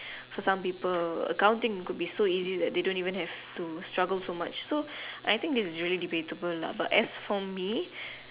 for some people accounting could be so easy that they don't even have to struggle so much so I think this is really debatable lah as for me